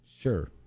Sure